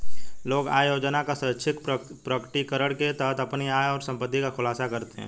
लोग आय योजना का स्वैच्छिक प्रकटीकरण के तहत अपनी आय और संपत्ति का खुलासा करते है